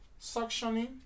suctioning